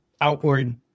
outward